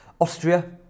Austria